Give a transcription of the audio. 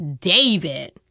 David